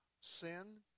sin